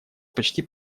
почти